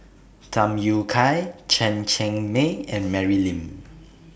Tham Yui Kai Chen Cheng Mei and Mary Lim